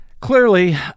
Clearly